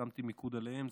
שמתי מיקוד עליהם.